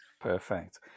Perfect